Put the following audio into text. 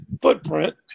footprint